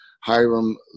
Hiram